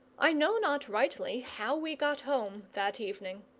i know not rightly how we got home that evening.